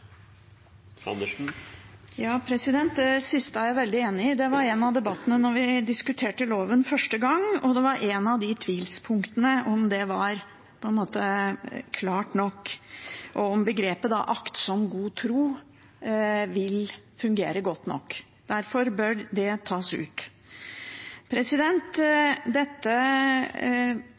Det siste er jeg veldig enig i, det var en av debattene da vi diskuterte loven første gang, og det var ett av tvilspunktene, om det var klart nok, og om begrepet «aktsom god tro» vil fungere godt nok. Derfor bør det tas ut. Dette